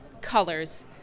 colors